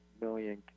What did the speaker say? million